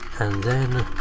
and then,